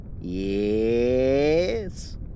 yes